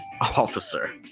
officer